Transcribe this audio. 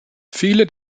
viele